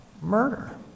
murder